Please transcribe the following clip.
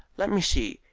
let me see,